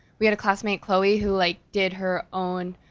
we had a classmate chloe, who like did her own